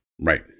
right